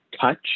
touch